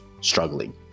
struggling